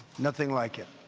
nothing like it.